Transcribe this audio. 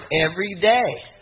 everyday